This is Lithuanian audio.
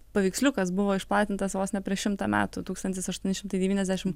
paveiksliukas buvo išplatintas vos ne prieš šimtą metų tūkstantis aštuoni šimtai devyniasdešim